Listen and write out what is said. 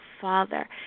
father